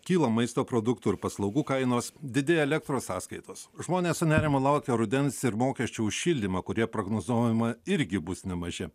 kyla maisto produktų ir paslaugų kainos didėja elektros sąskaitos žmonės su nerimu laukia rudens ir mokesčių už šildymą kurie prognozuojama irgi bus nemaži